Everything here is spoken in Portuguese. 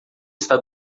está